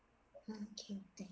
okay thank